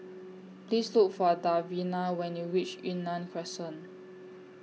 Please Look For Davina when YOU REACH Yunnan Crescent